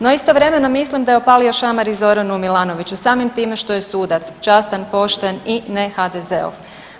No istovremeno mislim da je opalio šamar i Zoranu Milanoviću samim time što je sudac častan, pošten i ne HDZ-ov.